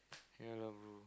ya lah bro